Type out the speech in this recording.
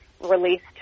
released